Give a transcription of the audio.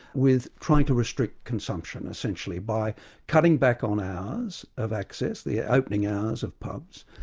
with trying to restrict consumption essentially, by cutting back on hours of access, the ah opening hours of pubs,